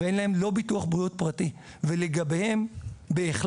ואין להם לא ביטוח בריאות פרטי ולגביהם בהחלט